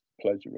pleasure